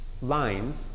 lines